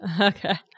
Okay